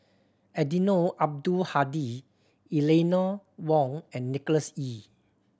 Eddino Abdul Hadi Eleanor Wong and Nicholas Ee